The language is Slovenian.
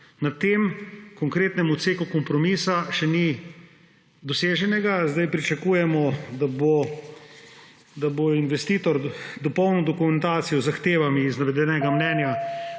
na tem konkretnem odseku kompromisa še ni doseženega. Zdaj pričakujemo, da bo investitor dopolnil dokumentacijo z zahtevami iz navedenega mnenja